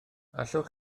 allwch